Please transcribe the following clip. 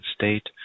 state